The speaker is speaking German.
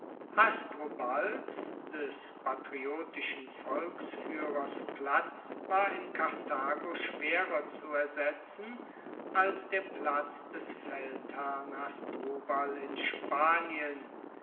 hasdrubals des patriotischer volksfuehrers platz war in karthago schwerer zu ersetzen als der platz des feldherrn hasdrubal in spanien